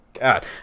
god